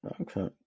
Okay